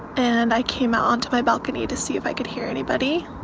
and i came out onto my balcony to see if i could hear anybody.